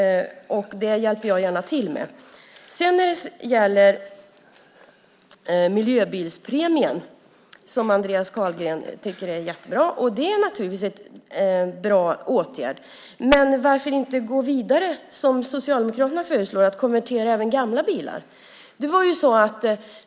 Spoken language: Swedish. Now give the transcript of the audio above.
Det hjälper jag gärna till med. Andreas Carlgren tycker att miljöbilspremien är jättebra. Det är naturligtvis en bra åtgärd. Men varför går man inte vidare, som Socialdemokraterna föreslår, så att även gamla bilar kan konverteras?